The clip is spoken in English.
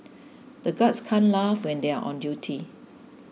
the guards can't laugh when they are on duty